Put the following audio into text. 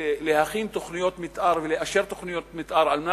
להכין תוכניות מיתאר ולאשר תוכניות מיתאר כדי